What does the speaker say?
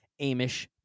Amish